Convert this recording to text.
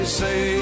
say